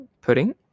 pudding